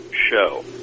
show